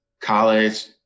college